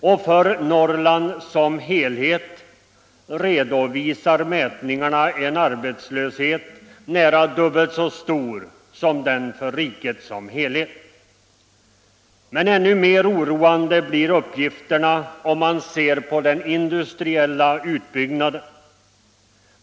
Och för Norrland som helhet redovisar mätningarna en arbetslöshet nära dubbelt så stor som den för riket som helhet. Men ännu mer oroande blir uppgifterna om man ser på den industriella utbyggnaden.